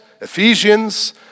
Ephesians